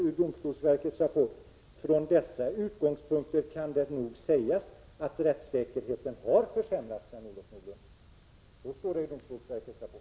I domstolsverkets rapport står det vidare: ”Från dessa utgångspunkter kan det nog sägas att rättssäkerheten har försämrats.” Så står det i domstolsverkets rapport, Sven-Olof Nordlund.